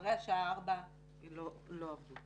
אחרי השעה 16:00 לא עבדו.